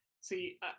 see